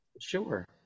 Sure